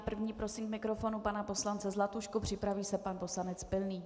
První prosím k mikrofonu pana poslance Zlatušku, připraví se pan poslanec Pilný.